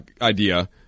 idea